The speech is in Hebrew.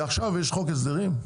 עכשיו יש חוק הסדרים,